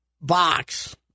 box